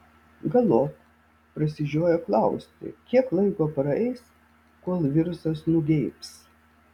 galop prasižiojo klausti kiek laiko praeis kol virusas nugeibs